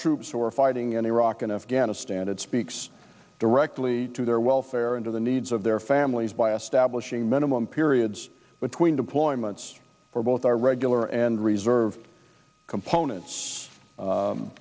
troops who are fighting in iraq and afghanistan it speaks directly to their welfare and to the needs of their families by establishing minimum periods between deployments for both our regular and reserve component